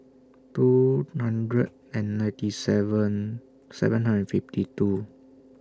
two hundred and ninety seven seven hundred fifty two